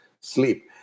sleep